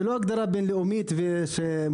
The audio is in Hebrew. זה לא הגדרה בין-לאומית מדעית.